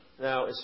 Now